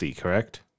correct